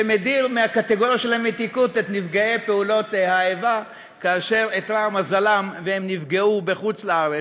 את נפגעי פעולות האיבה כאשר איתרע מזלם והם נפגעו בחוץ-לארץ.